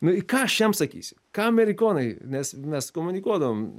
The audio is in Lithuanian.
nu i ką aš jam sakysiu ką amerikonai nes mes komunikuodavom